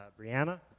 Brianna